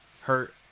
hurt